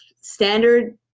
standard